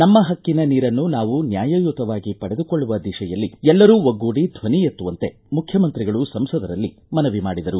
ನಮ್ಮ ಹಕ್ಕಿನ ನೀರನ್ನು ನಾವು ನ್ನಾಯಯುತವಾಗಿ ಪಡೆದುಕೊಳ್ಳುವ ದಿಶೆಯಲ್ಲಿ ಎಲ್ಲರೂ ಒಗ್ಗೂಡಿ ಧ್ವನಿ ಎತ್ತುವಂತೆ ಮುಖ್ಯಮಂತ್ರಿಗಳು ಸಂಸದರಲ್ಲಿ ಮನವಿ ಮಾಡಿದರು